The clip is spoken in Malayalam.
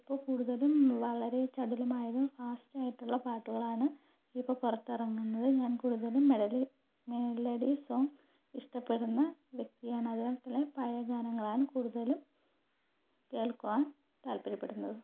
ഇപ്പോൾ കൂടുതലും വളരെ ചടുലമായതും ഫാസ്റ്റായിട്ടുള്ള പാട്ടുകളാണ് ഇപ്പോൾ പുറത്ത് ഇറങ്ങുന്നത് ഞാൻ കൂടുതലും മെഡലി മെലഡി സോങ് ഇഷ്ടപ്പെടുന്ന വ്യക്തിയാണ് അതിനാൽ തന്നെ പഴയ ഗാനങ്ങളാണ് കൂടുതലും കേൾക്കുവാൻ താൽപര്യപ്പെടുന്നത്